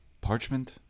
parchment